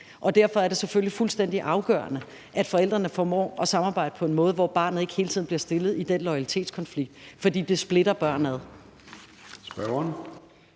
og derfor er det selvfølgelig fuldstændig afgørende, at forældrene formår at samarbejde på en måde, hvor barnet ikke hele tiden bliver stillet i den loyalitetskonflikt, for det splitter børn ad.